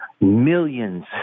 millions